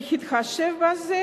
בהתחשב בזה,